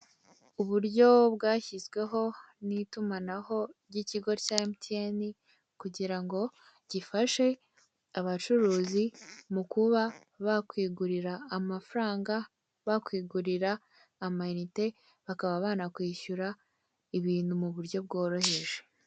Uburyo bwashyizweho n'itumanaho ry'ikigo cya mtn kugira ngo gifashe abacuruzi mu kuba bakwigurira amafaranga, bakwigurira amayinite, bakaba banakwishyura ibintu mu buryo bworoheje.